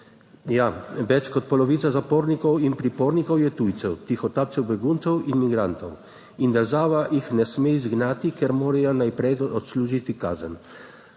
Ja, več kot polovica zapornikov in pripornikov je tujcev, tihotapcev, beguncev in migrantov in država jih ne sme izgnati, ker morajo najprej odslužiti kazen.